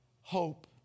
hope